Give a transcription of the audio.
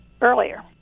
earlier